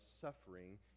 suffering